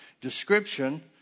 description